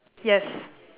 yes